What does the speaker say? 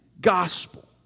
gospel